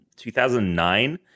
2009